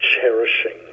cherishing